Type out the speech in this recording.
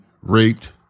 raped